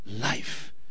life